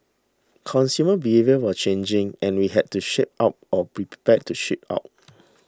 consumer behaviour was changing and we had to shape up or be prepared to ship out